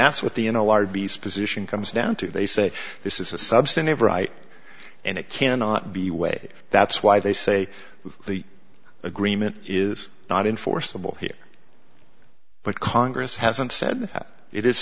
beast position comes down to they say this is a substantive right and it cannot be way that's why they say the agreement is not enforceable here but congress hasn't said that it is